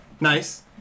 Nice